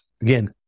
Again